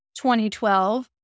2012